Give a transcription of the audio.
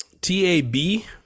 T-A-B